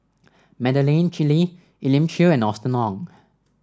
Madeleine Chew Lee Elim Chew and Austen Ong